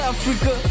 Africa